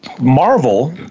marvel